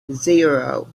zero